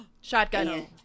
Shotgun